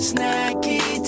Snacky